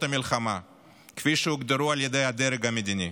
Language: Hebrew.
המלחמה כפי שהוגדרו על ידי הדרג המדיני.